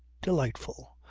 delightful.